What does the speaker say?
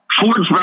Ford's